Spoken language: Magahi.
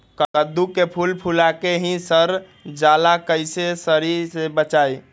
कददु के फूल फुला के ही सर जाला कइसे सरी से बचाई?